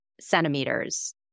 centimeters